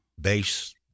base